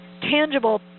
tangible